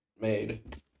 made